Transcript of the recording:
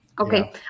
Okay